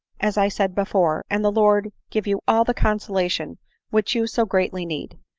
as i said before, and the lord give you all the consola tion which you so greatly need!